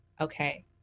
okay